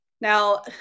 Now